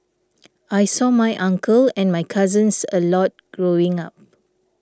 I saw my uncle and my cousins a lot growing up